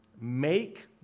make